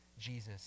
Jesus